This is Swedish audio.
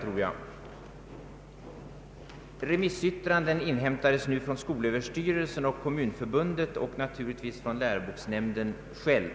Remissyttranden inhämtades från skolöverstyrelsen och Svenska kommunförbundet och naturligtvis från läroboksnämnden själv.